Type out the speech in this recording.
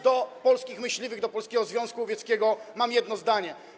Do polskich myśliwych, do Polskiego Związku Łowieckiego mam jedno zdanie.